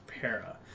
para